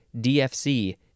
dfc